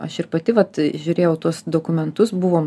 aš ir pati vat žiūrėjau tuos dokumentus buvom